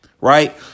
right